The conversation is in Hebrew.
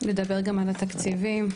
נדבר גם על התקציבים.